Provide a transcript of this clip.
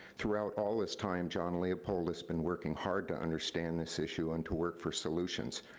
throughout all this time, john leopold has been working hard to understand this issue and to work for solutions.